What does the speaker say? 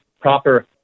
proper